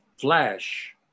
flash